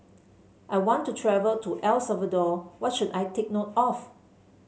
I want to travel to El Salvador What should I take note of